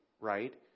right